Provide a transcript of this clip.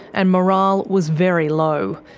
and morale was very low.